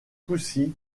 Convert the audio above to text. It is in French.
poissy